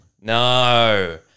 No